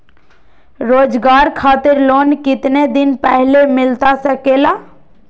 रोजगार खातिर लोन कितने दिन पहले मिलता सके ला?